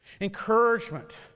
Encouragement